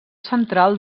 central